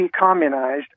decommunized